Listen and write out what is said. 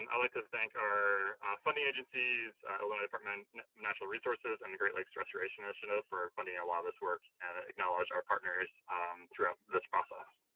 and like to thank our funding agencies, illinois department of natural resources and the great lakes restoration initiative for funding a lot of this work, and acknowledging our partners throughout this process.